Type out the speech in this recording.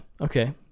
okay